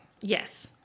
Yes